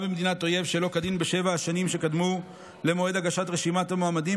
במדינת אויב שלא כדין בשבע השנים שקדמו למועד הגשת רשימת המועמדים,